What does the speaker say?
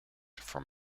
from